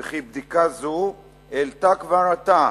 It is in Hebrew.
וכי בדיקה זו העלתה כבר עתה